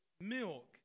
milk